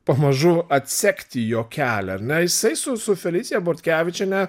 pamažu atsekti jo kelią ar ne jisa su su felicija bortkevičiene